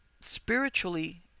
spiritually